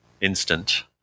instant